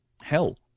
hell